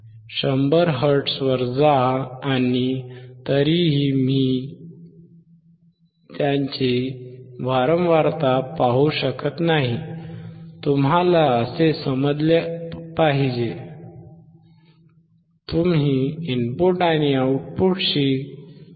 100 वर जा आणि तरीही मी त्यांची वारंवारता पाहू शकत नाही तुम्हाला असे समजले पाहिजे